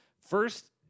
first